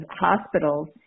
hospitals